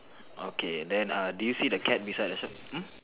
okay then uh did you see the cat beside the shop hmm